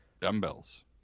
Dumbbells